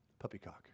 Puppycock